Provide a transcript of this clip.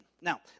Now